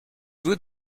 vous